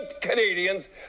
Canadians